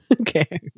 okay